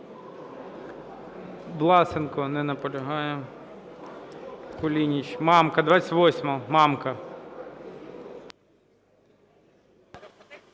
Власенко. Не наполягає. Кулініч. Мамка. 28-а, Мамка.